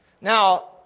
Now